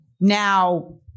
now